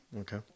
okay